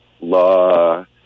law